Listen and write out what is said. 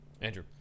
Andrew